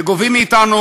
שגובים מאתנו,